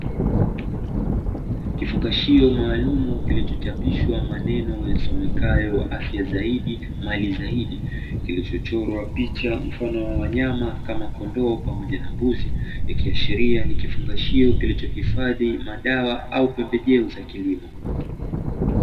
Kifungashio maalumu kilichochapishwa maneno yasomekayo "afya zaidi, mali zaidi", kilichochorwa picha mfano wa wanyama kama kondoo pamoja na mbuzi ikiashiria ni kifungashio kilichohifadhi madawa au pembejeo za kilimo.